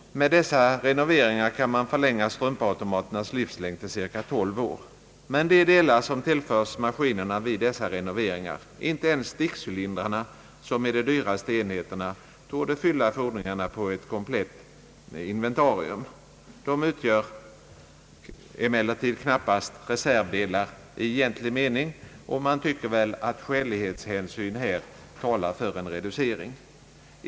Med dessa renoveringar kan man förlänga strumpautomaternas livslängd till ungefär 12 år. Men de delar som tillförs maskinerna vid dessa renoveringar, inte ens stickcylindrarna som är de dyraste enheterna, torde fylla fordringarna på ett komplett inventarium. De utgör emellertid knappast reservdelar i egentlig mening, och man tycker att skälighetshänsyn talar för en reducering.